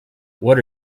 what